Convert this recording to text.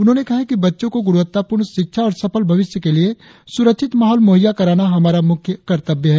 उन्होंने कहा है कि बच्चों को गुणवत्तापूर्ण शिक्षा और सफल भविष्य के लिए सुरक्षित माहौल मुहैय्या कराना हमारा मुख्य कर्तव्य है